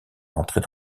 entrer